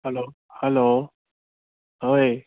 hello hello হয়